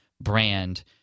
brand